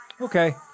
Okay